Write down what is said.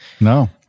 No